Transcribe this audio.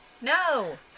No